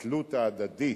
התלות ההדדית